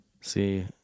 See